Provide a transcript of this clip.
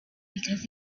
because